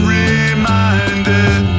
reminded